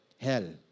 Hell